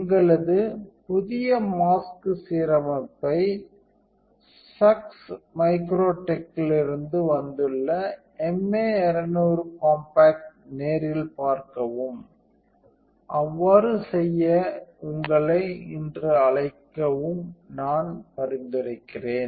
எங்களது புதிய மாஸ்க் சீரமைப்பை SUSS மைக்ரோடெக்கிலிருந்து வந்துள்ள MA 200 காம்பாக்ட்ல் நேரில் பார்க்கவும் அவ்வாறு செய்ய உங்களை இன்று அழைக்கவும் நான் பரிந்துரைக்கிறேன்